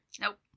Nope